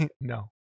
No